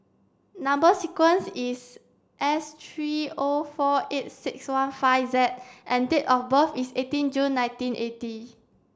number sequence is S three O four eight six one five Z and date of birth is eighteen June nineteen eighty